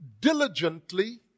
diligently